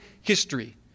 history